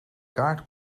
kaart